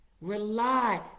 Rely